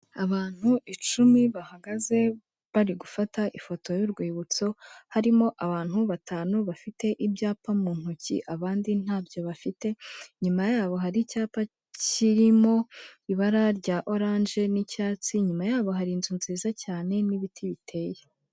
Abantu icumi bahagaze bari gufata ifoto y'urwibutso, harimo abantu batanu bafite ibyapa mu ntoki, abandi ntabyo bafite, inyuma yabo hari icyapa kirimo ibara rya oranje n'icyatsi, inyuma yabo hari inzu nziza cyane n'ibiti biteye.